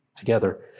together